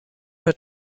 nur